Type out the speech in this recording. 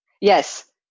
yes